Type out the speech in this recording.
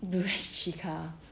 blue S_G car